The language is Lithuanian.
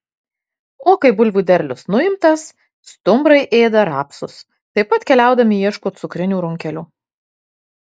o kai bulvių derlius nuimtas stumbrai ėda rapsus taip pat keliaudami ieško cukrinių runkelių